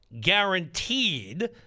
guaranteed